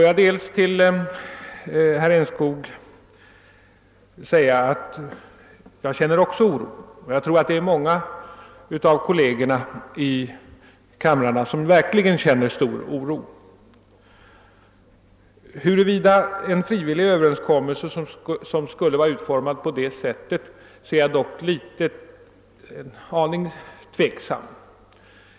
Jag vill säga till herr Enskog att även jag känner oro, och jag tror att många av våra kolleger i kamrarna också gör det. Beträffande frågan om en frivillig överenskommelse, utformad på föreslaget sätt, är jag emellertid en aning tveksam.